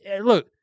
Look